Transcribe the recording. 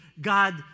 God